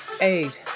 eight